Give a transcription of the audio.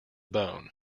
bone